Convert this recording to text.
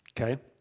okay